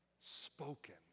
spoken